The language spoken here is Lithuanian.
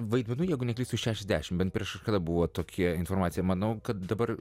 vaidmenų jeigu neklystu šešiasdešimt bet prieš kada buvo tokia informacija manau kad dabar